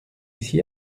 ici